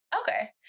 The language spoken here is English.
Okay